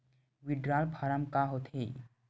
withdrawal form का होथेय